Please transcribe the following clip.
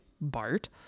Bart